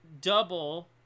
double